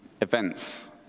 events